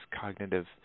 cognitive